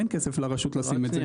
אין כסף לרשות לעשות את זה.